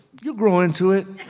you'll grow into it